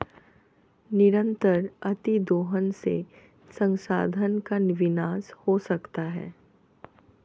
निरंतर अतिदोहन से संसाधन का विनाश हो सकता है